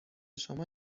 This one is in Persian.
شما